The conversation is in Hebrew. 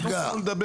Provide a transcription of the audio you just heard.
שיתנו לנו לדבר.